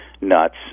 nuts